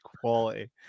quality